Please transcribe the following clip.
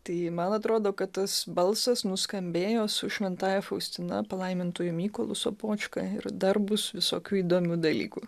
tai man atrodo kad tas balsas nuskambėjo su šventąja faustina palaimintuoju mykolu sopočka ir dar bus visokių įdomių dalykų